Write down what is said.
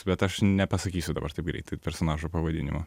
bet aš nepasakysiu dabar taip greitai personažo pavadinimo